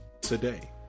today